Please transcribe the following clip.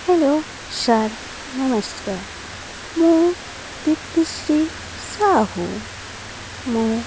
hello sir ନମସ୍କାର ମୁଁ ଦୀପ୍ତିଶ୍ରୀ ସାହୁ ମୁଁ